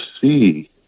see